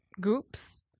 groups